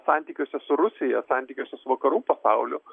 santykiuose su rusija santykiuose su vakarų pasauliu